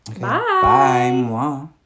Bye